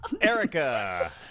Erica